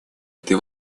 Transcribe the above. этой